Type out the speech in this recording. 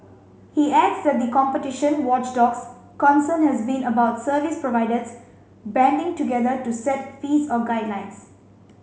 he adds that the competition watchdog's concern has been about service providers banding together to set fees or guidelines